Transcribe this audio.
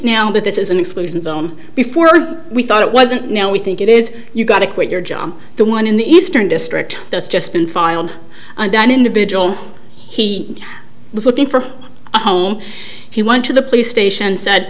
but this is an exclusion zone before we thought it wasn't now we think it is you got to quit your job the one in the eastern district that's just been filed and that individual he was looking for home he went to the police station said